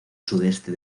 sudeste